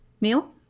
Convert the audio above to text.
Neil